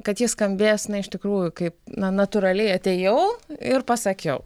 kad ji skambės na iš tikrųjų kaip na natūraliai atėjau ir pasakiau